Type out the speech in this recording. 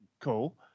cool